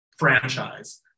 Franchise